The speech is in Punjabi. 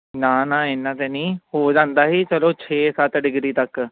ਨਾ ਨਾ ਇੰਨਾ ਤਾਂ ਨਹੀਂ ਹੋ ਜਾਂਦਾ ਸੀ ਚਲੋ ਛੇ ਸੱਤ ਡਿਗਰੀ ਤੱਕ